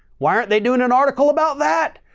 why aren't they doing an article about that?